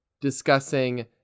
discussing